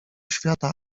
świata